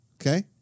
Okay